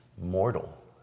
mortal